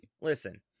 Listen